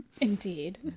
indeed